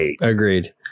Agreed